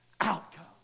outcome